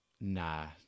Nah